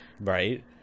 right